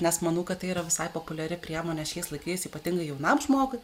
nes manau kad tai yra visai populiari priemonė šiais laikais ypatingai jaunam žmogui